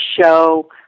show